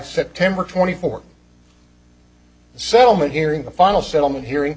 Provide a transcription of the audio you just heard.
september twenty fourth the settlement hearing the final settlement hearing